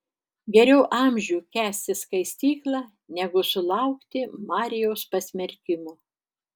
geriau amžių kęsti skaistyklą negu sulaukti marijaus pasmerkimo